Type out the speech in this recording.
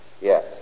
Yes